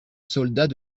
soldat